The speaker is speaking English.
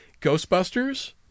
Ghostbusters